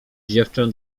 dziewczę